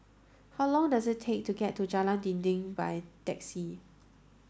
how long does it take to get to Jalan Dinding by taxi